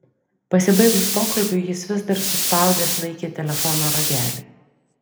pasibaigus pokalbiui jis vis dar suspaudęs laikė telefono ragelį